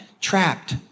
trapped